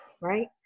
right